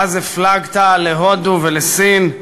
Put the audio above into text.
ואז הפלגת להודו ולסין.